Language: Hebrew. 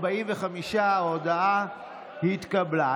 45. ההודעה התקבלה.